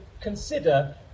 consider